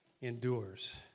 endures